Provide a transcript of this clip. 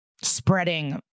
spreading